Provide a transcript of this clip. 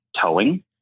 towing